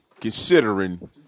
considering